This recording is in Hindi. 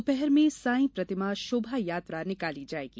दोपहर में साई प्रतिमा शोभा यात्रा निकाली जायेगी